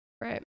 Right